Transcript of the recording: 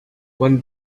when